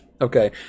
Okay